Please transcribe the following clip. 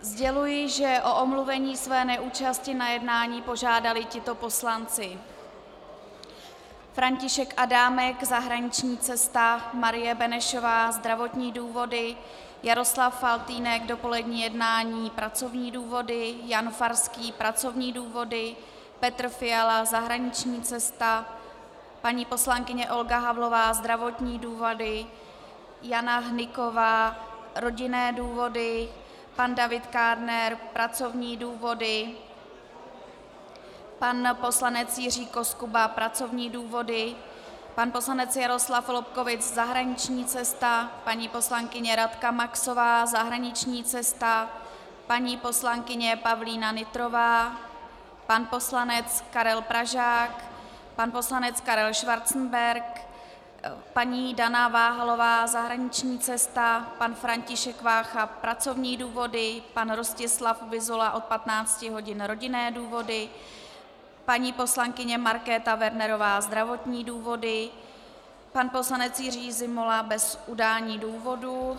Sděluji, že o omluvení své neúčasti na jednání požádali tito poslanci: František Adámek zahraniční cesta, Marie Benešová zdravotní důvody, Jaroslav Faltýnek dopolední jednání, pracovní důvody, Jan Farský pracovní důvody, Petr Fiala zahraniční cesta, paní poslankyně Olga Havlová zdravotní důvody, Jana Hnyková rodinné důvody, pan David Kádner pracovní důvody, pan poslanec Jiří Koskuba pracovní důvody, pan poslanec Jaroslav Lobkowicz zahraniční cesta, paní poslankyně Radka Maxová zahraniční cesta, paní poslankyně Pavlína Nytrová, pan poslanec Karel Pražák, pan poslanec Karel Schwarzenberg, paní Dana Váhalová zahraniční cesta, pan František Vácha pracovní důvody, pan Rostislav Vyzula od 15 hodin rodinné důvody, paní poslankyně Markéta Wernerová zdravotní důvody, pan poslanec Jiří Zimola bez udání důvodu.